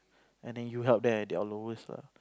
and then you help them at their lowest lah